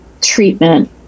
treatment